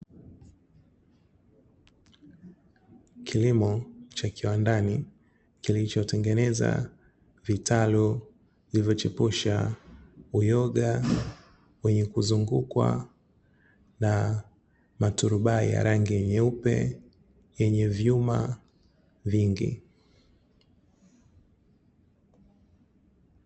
Kilimo cha kiwandani, kilichotengeneza vitalu vilivyochepusha uyoga wenye kuzungukwa na maturubai ya rangi nyeupe yenye vyuma vingi.